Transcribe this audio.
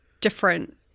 different